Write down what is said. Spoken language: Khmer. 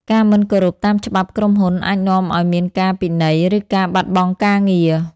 ការមិនគោរពតាមច្បាប់ក្រុមហ៊ុនអាចនាំឲ្យមានការពិន័យ ឬការបាត់បង់ការងារ។